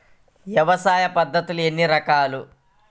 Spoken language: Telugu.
వ్యవసాయ పద్ధతులు ఎన్ని రకాలు?